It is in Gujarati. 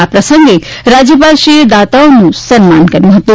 આ પ્રસંગે રાજયપાલશ્રીએ દાતાઓનું સન્માન કર્યુ હતું